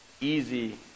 easy